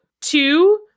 two